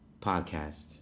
podcast